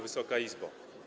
Wysoka Izbo!